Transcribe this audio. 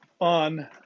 on